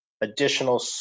additional